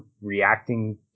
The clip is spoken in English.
reacting